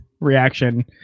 reaction